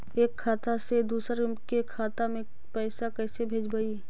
एक खाता से दुसर के खाता में पैसा कैसे भेजबइ?